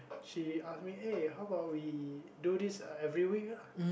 she ask me eh how about we do this every week ah